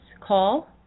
call